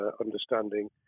understanding